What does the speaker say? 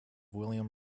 william